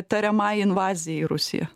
tariamai invazijai į rusiją